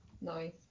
Nice